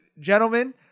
gentlemen